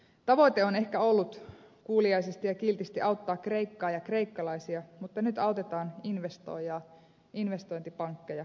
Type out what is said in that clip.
tavoite on ehkä ollut kuuliaisesti ja kiltisti auttaa kreikkaa ja kreikkalaisia mutta nyt autetaan investoijaa investointipankkeja pankkiireja